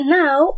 now